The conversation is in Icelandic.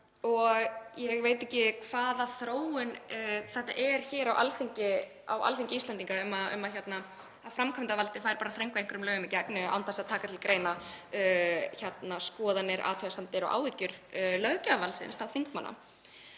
Ég veit ekki hvaða þróun þetta er hér á Alþingi Íslendinga um að framkvæmdarvaldið fái bara að þröngva einhverjum lögum í gegn án þess að taka til greina skoðanir, athugasemdir og áhyggjur löggjafarvaldsins, áhyggjur þingmanna.